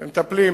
מטפלים,